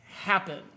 happen